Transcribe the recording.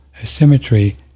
asymmetry